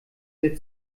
der